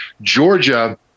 Georgia